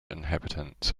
inhabitants